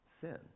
sin